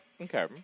Okay